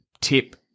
tip